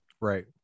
Right